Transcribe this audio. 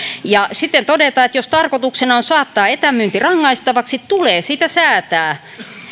sitten todetaan että jos tarkoituksena on saattaa etämyynti rangaistavaksi tulee siitä säätää